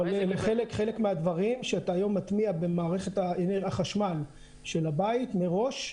אבל חלק מהדברים שאתה מטמיע במערכת החשמל של הבית מראש,